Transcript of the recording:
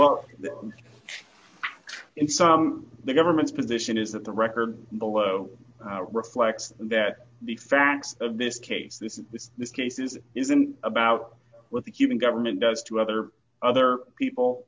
well in some the government's position is that the record below reflects that the facts of this case this is this this case is isn't about what the cuban government does to other other people